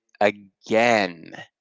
again